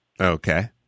Okay